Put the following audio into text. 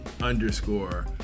underscore